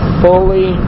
fully